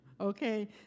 okay